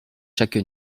chaque